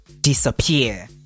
disappear